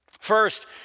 First